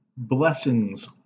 Blessings